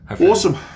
Awesome